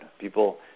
People